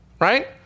Right